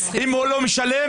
אם הוא לא משלם